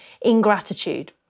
ingratitude